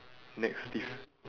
next diff~